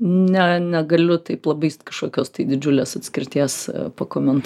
ne negaliu taip labai kažkokios didžiulės atskirties pakomentuoti